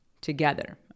together